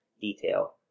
detail